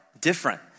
different